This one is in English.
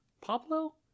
Pablo